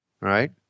Right